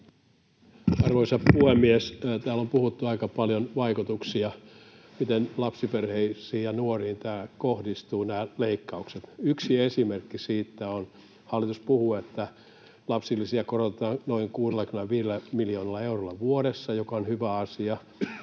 Arvoisa puhemies! Täällä on puhuttu aika paljon niistä vaikutuksista, miten nämä leikkaukset kohdistuvat lapsiperheisiin ja nuoriin. Yksi esimerkki siitä on, että hallitus puhuu, että lapsilisiä korotetaan noin 65 miljoonalla eurolla vuodessa, joka on hyvä asia,